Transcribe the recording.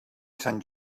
sant